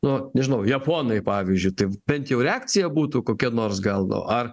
nu nežinau japonai pavyzdžiui taip bent jau reakcija būtų kokia nors gal ar